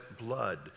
blood